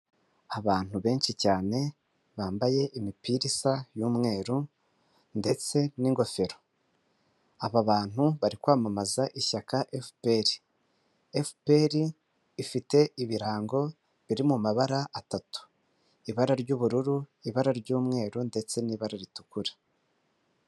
Abantu benshi cyane bambaye imipira isa y'umweru ndetse n'ingofero. Aba bantu bari kwamamaza ishyaka FPR. FPR ifite ibirango biri mu mabara atatu: ibara ry'ubururu, ibara ry'umweru ndetse n'ibara ritukura.